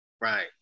right